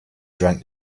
drank